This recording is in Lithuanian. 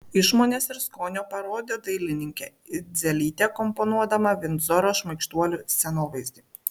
išmonės ir skonio parodė dailininkė idzelytė komponuodama vindzoro šmaikštuolių scenovaizdį